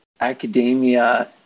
academia